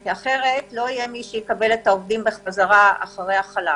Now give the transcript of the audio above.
כי אחרת לא יהיה מי שיקבל את העובדים חזרה אחרי החל"ת.